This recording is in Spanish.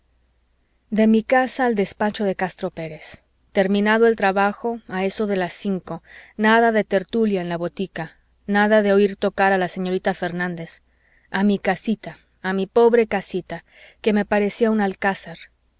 de mi casa al despacho de castro pérez terminado el trabajo a eso de las cinco nada de tertulia en la botica nada de oir tocar a la señorita fernández a mi casita a mi pobre casita que me parecía un alcázar